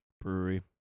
brewery